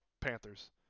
Panthers